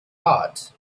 art